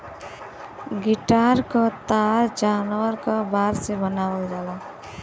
guitar क तार जानवर क बार से बनावल जाला